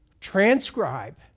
transcribe